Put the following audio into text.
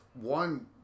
one